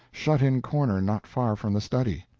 shut-in corner not far from the study.